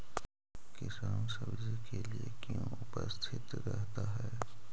किसान सब्जी के लिए क्यों उपस्थित रहता है?